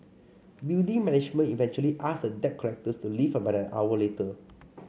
building management eventually asked the debt collectors to leave about an hour later